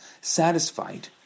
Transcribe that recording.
Satisfied